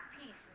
peace